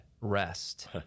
rest